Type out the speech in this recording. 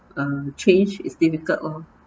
uh change is difficult lor